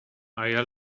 آیا